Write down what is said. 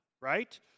right